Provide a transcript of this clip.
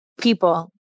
People